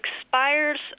expires